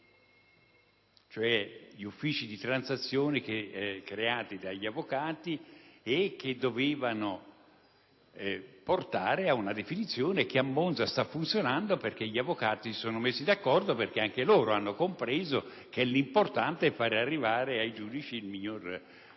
cioè gli uffici di transazione creati dagli avvocati che dovrebbero portare ad una definizione. Ciò peraltro a Monza sta funzionando perché gli avvocati si sono messi d'accordo avendo anche loro compreso che l'importante è fare arrivare al giudice il minore